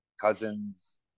cousins